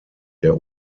der